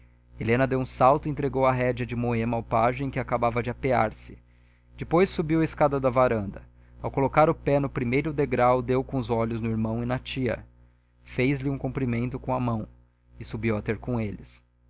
helena deu um salto e entregou a rédea de moema ao pajem que acabava de apear-se depois subiu a escada da varanda ao colocar o pé no primeiro degrau deu com os olhos no irmão e na tia fez lhes um cumprimento com a mão e subiu a ter com eles